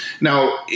now